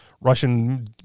Russian